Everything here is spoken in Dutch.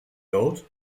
dood